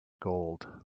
gold